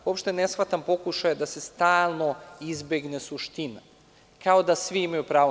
Uopšte ne shvatam pokušaje da se stalno izbegne suština, kao da svi imaju pravo.